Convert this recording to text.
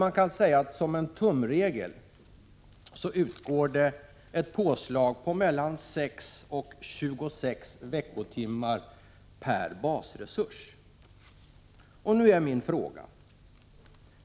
Som en tumregel kan man säga att det utgår ett påslag på mellan 6 och 26 veckotimmar per basresurs.